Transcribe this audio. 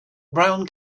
brown